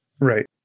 right